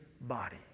body